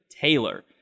Taylor